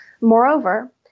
Moreover